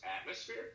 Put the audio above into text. atmosphere